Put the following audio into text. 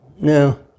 no